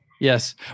yes